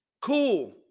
Cool